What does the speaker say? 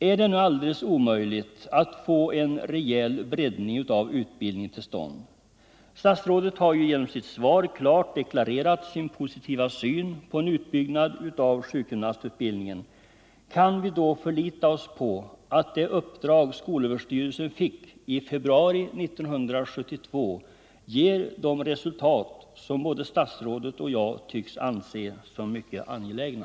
Är det då alldeles omöjligt att få en rejäl breddning av utbildningen till stånd? Statsrådet har ju genom sitt svar klart deklarerat sin positiva syn på en utbyggnad av sjukgymnastutbildningen. Kan vi då förlita oss på att det uppdrag skolöverstyrelsen fick i februari 1972 ger de resultat som både statsrådet och jag tycks anse som mycket angelägna?